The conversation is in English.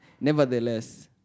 nevertheless